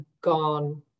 gone